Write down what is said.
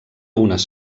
unes